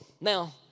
Now